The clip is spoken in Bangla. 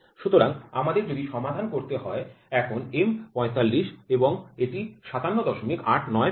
সুতরাং আমাদের যদি সমাধান করতে হয় এখন M ৪৫ এবং এটি ৫৭৮৯৫